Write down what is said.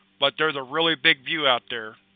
but there's a really big view out there.